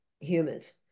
humans